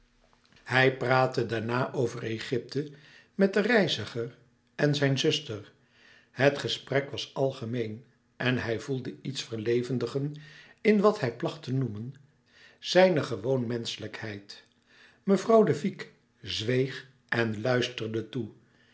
hij praatte daarna over egypte met den reiziger en zijn zuster het gesprek was algemeen en hij voelde iets verlevendigen in wat hij placht te noemen zijne gewoon menschelijkheid mevrouw de vicq zweeg en luisterde toe